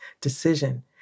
decision